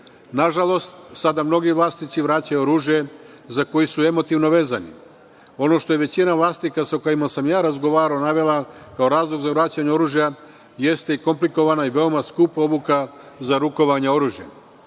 državi. Nažalost, sada mnogi vlasnici vraćaju oružje za koje su emotivno vezani. Ono što je većina vlasnika sa kojima sam ja razgovarao navela kao razlog za vraćanje oružja jeste komplikovana i veoma skupa obuka za rukovanje oružjem.